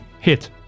Hit